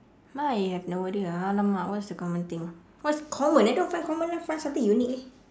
I have no idea !alamak! what's the common thing what's common I don't find common leh find something unique eh